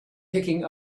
picking